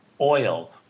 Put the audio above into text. oil